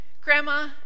Grandma